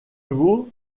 vaut